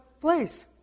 place